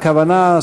הכוונה,